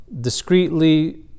discreetly